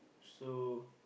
so